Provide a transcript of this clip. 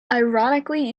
ironically